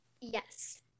yes